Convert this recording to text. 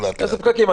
איזה פקקים?